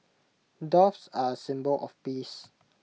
doves are A symbol of peace